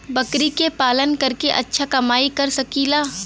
बकरी के पालन करके अच्छा कमाई कर सकीं ला?